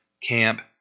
camp